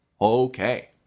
Okay